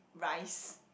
rice